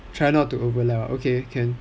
try not to overlap ah okay can